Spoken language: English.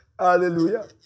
Hallelujah